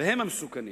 והם המסוכנים.